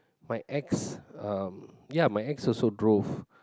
my ex um ya my ex also drove